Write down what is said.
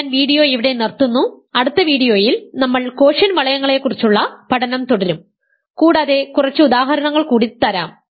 അതിനാൽ ഞാൻ വീഡിയോ ഇവിടെ നിർത്തുന്നു അടുത്ത വീഡിയോയിൽ നമ്മൾ കോഷ്യന്റ് വളയങ്ങളെക്കുറിച്ചുള്ള പഠനം തുടരും കൂടാതെ കുറച്ച് ഉദാഹരണങ്ങൾ കൂടി തരാം